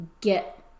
get